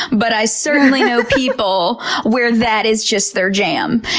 but i certainly know people where that is just their jam.